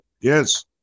Yes